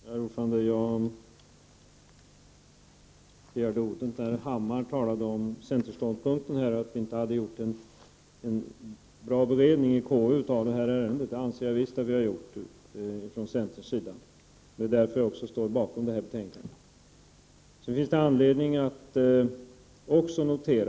Herr talman! Anledningen till att jag begärt ordet är Bo Hammars uttalande om centerns ståndpunkt. Han sade att vi inte hade gjort en bra beredning av detta ärende i konstitutionsutskottet. Men det har vi i centern visst gjort, och därför står jag också bakom detta betänkande. Sedan finns det anledning att notera följande.